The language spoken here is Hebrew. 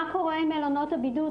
מה קורה עם מלונות הבידוד,